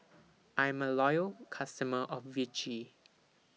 I'm A Loyal customer of Vichy